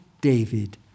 David